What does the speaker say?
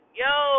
yo